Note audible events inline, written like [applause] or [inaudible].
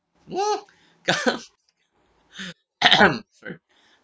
!whoa! come [coughs] sorry